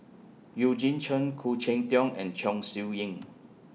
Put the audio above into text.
Eugene Chen Khoo Cheng Tiong and Chong Siew Ying